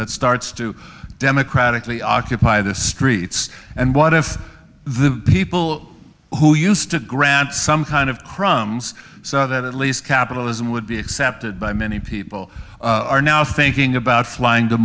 that starts to democratically occupy the streets and what if the people who used to grant some kind of crumbs so that at least capitalism would be accepted by many people are now thinking about flying t